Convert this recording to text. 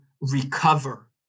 recover